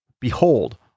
Behold